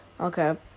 okay